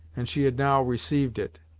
and she had now received it,